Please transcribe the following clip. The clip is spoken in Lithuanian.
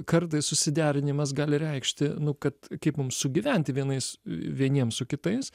kartais susiderinimas gali reikšti kad kaip mums sugyventi vienais vieniem su kitais